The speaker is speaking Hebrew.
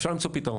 אפשר למצוא פתרון,